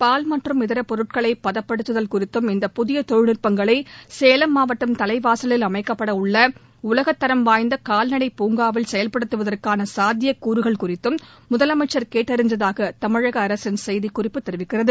பால் மற்றும் இதர பொருட்களை பதப்படுத்துதல் குறித்தும் இந்தப் புதிய தொழில்நுட்பங்களை சேலம் மாவட்டம் தலைவாசலில் அமைக்கப்படவுள்ள உலகத்தரம் வாய்ந்த கால்நடைப் பூங்காவில் செயல்படுத்துவதற்கான சாத்தியக்கூறுகள் குறிததும் முதலமைச்சர் கேட்டறிந்ததாக தமிழக அரசின் செய்திக்குறிப்பு தெரிவிக்கிறது